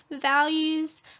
values